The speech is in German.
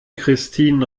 christin